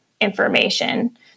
information